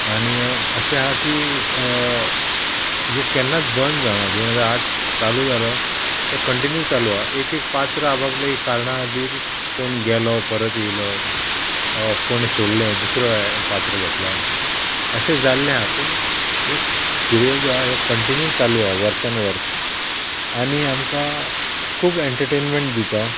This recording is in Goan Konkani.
आनी अशें आहा की ह्यो केन्नाच बंद जावना दोन हजार आर्ट्स चालू जालो तो कंटिन्यू चालू आहा एक एक पात्र आ बापायल्या कारणा खातीर कोण गेलो परत येयलो कोणें सोडलें दुसरो पात्र घेतला अशें जाल्लें आहा पूण ह्यो सिरियल जो आहा ह्यो कंटिन्यू चालू आहा वर्सान वर्स आनी आमकां खूब एंटरटेनमेंट दिता